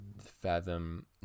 fathom